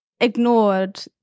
ignored